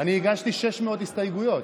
אני הגשתי 600 הסתייגויות.